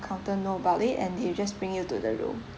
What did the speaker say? counter know about it and they'll just bring you to the room